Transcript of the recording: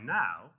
now